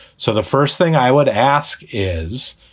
so the first thing i would ask is,